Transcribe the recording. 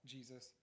Jesus